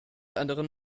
anderen